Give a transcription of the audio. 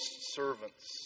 servants